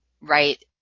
right